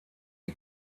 die